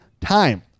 time